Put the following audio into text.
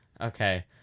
Okay